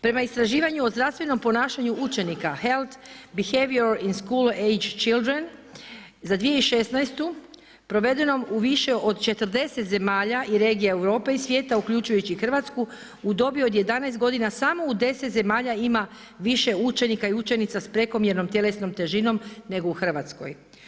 Prema istraživanju o zdravstvenom ponašanju učenika, Health behaviour in school age children za 2016. provedenom u više od 40 zemalja i regija Europe i svijeta uključujući i Hrvatsku u dobi od 11 godina smo u 10 zemalja ima više učenika i učenica s prekomjernom tjelesnom težinom nego u Hrvatskoj.